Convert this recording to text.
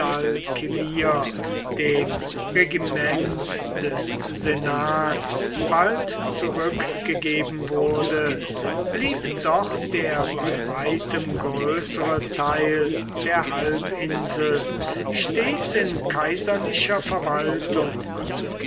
dem regiment des senats bald zurückgegeben wurde blieb doch der bei weitem größere teil der halbinsel stets in kaiserlicher verwaltung